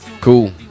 Cool